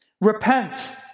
Repent